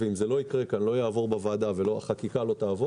ואם זה לא יקרה כי זה לא יעבור בוועדה והחקיקה לא תעבור,